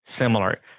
similar